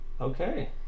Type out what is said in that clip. okay